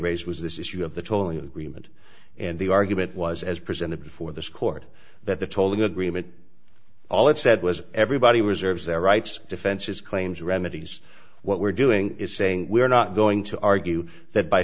raised was this issue of the tolling agreement and the argument was as presented before this court that the tolling agreement all it said was everybody reserves their rights defenses claims remedies what we're doing is saying we are not going to argue that by